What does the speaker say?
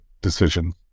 decision